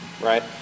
right